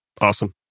Awesome